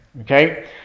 Okay